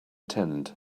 tent